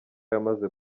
yamaze